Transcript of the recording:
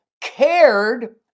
cared